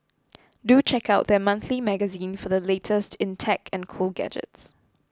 do check out their monthly magazine for the latest in tech and cool gadgets